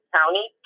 County